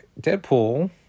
Deadpool